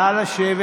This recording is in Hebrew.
נא לשבת.